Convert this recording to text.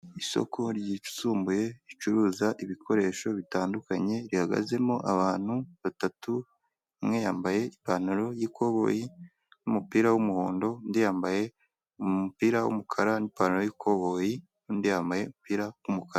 Isoko ryisumbuye ricuruza ibikoresho bitandukanye rihagazemo abantu batatu umwe yambaye ipantaro y'ikoboyi n'umupira w'umuhondo, undi yambaye umupira w'umukara n'ipantaro y'ikoboyi undi yambaye umupira w'umukara.